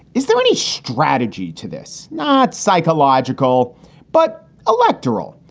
is there any strategy to this not psychological but electoral?